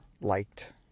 liked